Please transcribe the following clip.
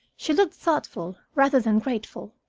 she looked thoughtful rather than grateful.